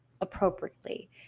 appropriately